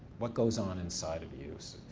what goes on inside of you?